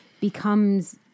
becomes